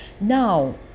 now